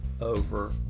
over